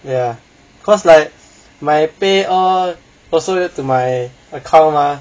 ya cause like my pay all also go to my account mah